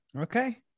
Okay